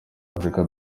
afurika